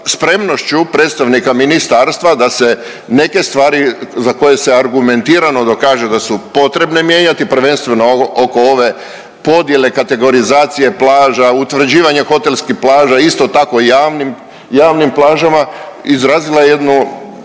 spremnošću predstavnika ministarstva da se neke stvari za koje se argumentirano dokaže da su potrebne mijenjati, prvenstveno oko ove podjele kategorizacije plaža, utvrđivanje hotelskih plaža, isto tako i javnim plažama izrazila je